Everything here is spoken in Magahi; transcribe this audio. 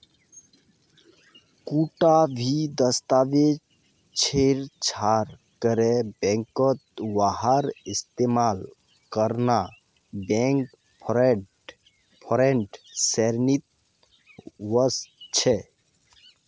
कुंटा भी दस्तावेजक छेड़छाड़ करे बैंकत वहार इस्तेमाल करना बैंक फ्रॉडेर श्रेणीत वस्छे